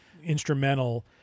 instrumental